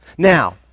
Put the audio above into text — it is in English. Now